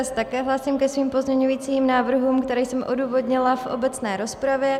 Já se také hlásím ke svým pozměňovacím návrhům, které jsem odůvodnila v obecné rozpravě.